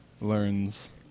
learns